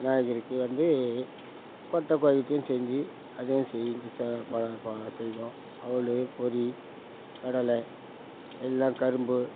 விநாயகருக்கு வந்து கொட்டை கொழுக்கட்டையும் செஞ்சு அதையும் செஞ்சு சே பலா பழம் செய்வோம் அவலு பொரி கடலை எல்லா கரும்பு